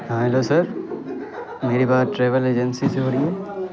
ہاں hello sir میری بات ٹریول ایجنسی سے ہو رہی ہے